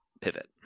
pivot